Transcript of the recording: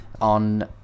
on